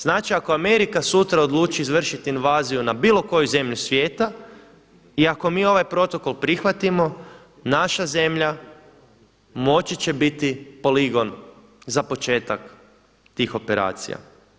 Znači ako Amerika sutra odluči izvršiti invaziju na bilo koju zemlju svijeta i ako mi ovaj protokol prihvatimo naša zemlja moći će biti poligon za početak tih operacija.